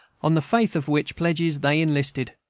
on the faith of which pledges they enlisted.